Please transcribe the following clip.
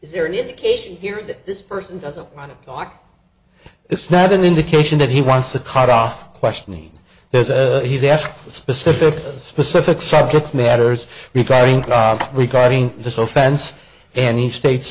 is there any indication here that this person doesn't want to talk it's not an indication that he wants a cut off questioning there's a he's asked a specific specific subject matters regarding god regarding the so fence and he states